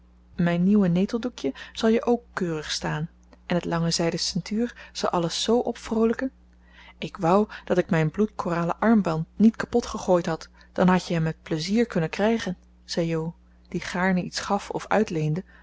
mijn nieuwe neteldoekje zal je ook keurig staan en het lange zijden ceintuur zal alles zoo opvroolijken ik wou dat ik mijn bloedkoralen armband niet kapot gegooid had dan hadt je hem met plezier kunnen krijgen zei jo die gaarne iets gaf of uitleende